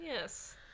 Yes